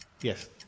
Yes